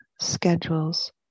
schedules